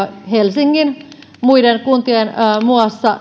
helsingin muiden kuntien muassa